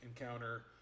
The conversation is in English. encounter